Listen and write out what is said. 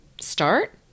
start